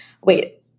wait